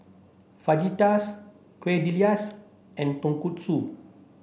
Fajitas Quesadillas and Tonkatsu